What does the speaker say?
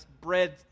bread